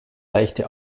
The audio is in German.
leichte